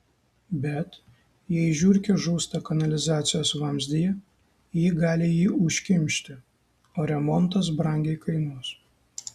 bet jei žiurkė žūsta kanalizacijos vamzdyje ji gali jį užkimšti o remontas brangiai kainuos